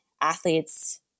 athletes